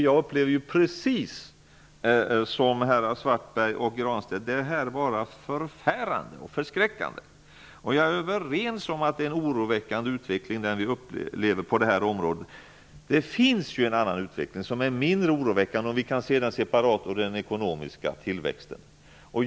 Jag upplever, precis som herrar Svartberg och Granstedt, att det som händer är förfärande och förskräckande. Jag är överens med dem om att utvecklingen på detta område är oroväckande. Det finns en annan utveckling, som är mindre oroväckande -- om vi kan se den separat -- och det är den ekonomiska tillväxten.